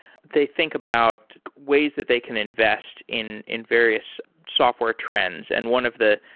they think about ways that they can invest in in various software trends, and one of the